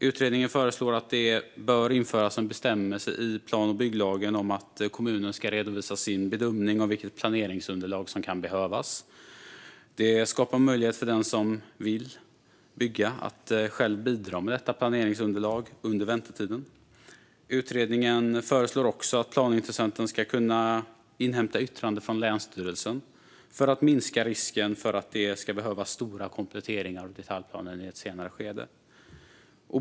Utredningen föreslår att det bör införas en bestämmelse i plan och bygglagen om att kommunen ska redovisa sin bedömning av vilket planeringsunderlag som kan behövas. Det skapar möjlighet för den som vill bygga att själv bidra med detta planeringsunderlag under väntetiden. Utredningen föreslår också att planintressenten ska kunna inhämta yttrande från länsstyrelsen för att minska risken att det behövs stora kompletteringar av detaljplanen i ett senare skede.